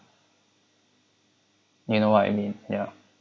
you know what I mean ya